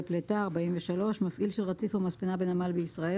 פליטה מפעיל של רציף או מספנה בנמל בישראל,